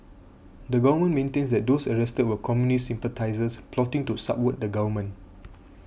the government maintains that those arrested were communist sympathisers plotting to subvert the government